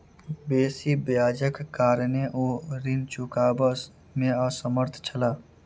बेसी ब्याजक कारणेँ ओ ऋण चुकबअ में असमर्थ छला